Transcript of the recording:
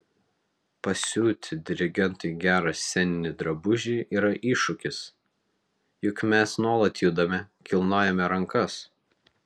pasiūti dirigentui gerą sceninį drabužį yra iššūkis juk mes nuolat judame kilnojame rankas